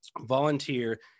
volunteer